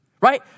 right